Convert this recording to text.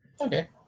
Okay